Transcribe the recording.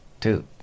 two